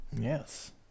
Yes